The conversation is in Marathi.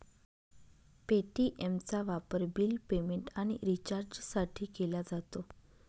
पे.टी.एमचा वापर बिल पेमेंट आणि रिचार्जसाठी केला जातो